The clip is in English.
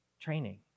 training